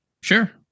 Sure